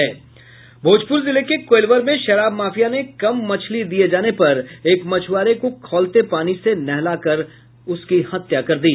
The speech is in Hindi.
भोजपुर जिले के कोईलवर में शराब माफिया ने कम मछली दिये जाने पर एक मछुआरे को खौलते पानी से नहलाकर हत्या कर दी